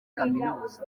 kaminuza